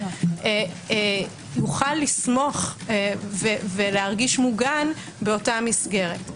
יוכל לסמוך ולהרגיש מוגן באותה מסגרת.